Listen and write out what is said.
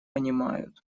понимают